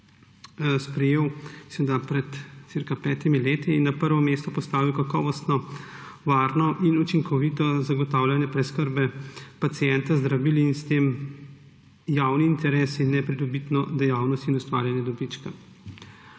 cirka petimi leti ter na prvo mesto postavil kakovostno, varno in učinkovito zagotavljanje preskrbe pacienta z zdravili in s tem javni interes in nepridobitno dejavnost in ustvarjanje dobička.